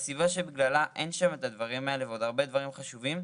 הסיבה שבגללה אין שם את הדברים את האלה ועוד הרבה דברים חשובים,